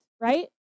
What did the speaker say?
right